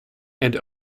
and